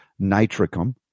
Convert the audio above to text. nitricum